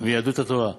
וסיעת יהדות התורה,